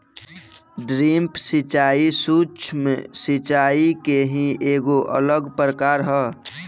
drip सिंचाई, सूक्ष्म सिचाई के ही एगो अलग प्रकार ह